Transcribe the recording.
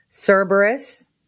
Cerberus